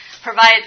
provide